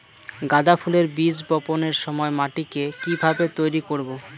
গাদা ফুলের বীজ বপনের সময় মাটিকে কিভাবে তৈরি করব?